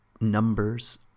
numbers